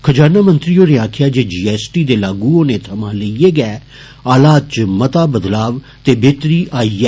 खज़ाना मंत्री होरें आक्खेआ जी एस टी दे लागू होने थमां लेइयै गै हालात च मता बदलाव ते बेहतरी आई ऐ